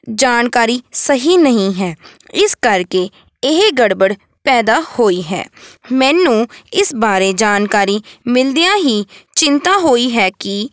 ਜਾਣਕਾਰੀ ਸਹੀ ਨਹੀਂ ਹੈ ਇਸ ਕਰਕੇ ਇਹ ਗੜਬੜ ਪੈਦਾ ਹੋਈ ਹੈ ਮੈਨੂੰ ਇਸ ਬਾਰੇ ਜਾਣਕਾਰੀ ਮਿਲਦਿਆਂ ਹੀ ਚਿੰਤਾ ਹੋਈ ਹੈ ਕਿ